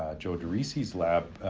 ah joe derisi's lab,